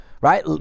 right